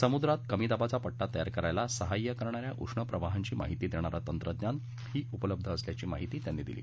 समुद्रात कमी दाबाचा पट्टा तयार करण्याला सहाय्य करणाऱ्या उष्ण प्रवाहांची माहिती देणारे तंत्रज्ञान ही उपलब्ध असल्याची माहिती त्यांनी दिली